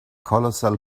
colossal